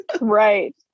Right